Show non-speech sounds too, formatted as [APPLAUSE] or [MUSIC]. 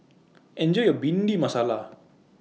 Enjoy your Bhindi [NOISE] Masala